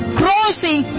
crossing